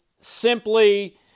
simply